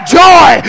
joy